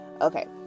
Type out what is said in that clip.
Okay